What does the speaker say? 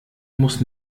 muss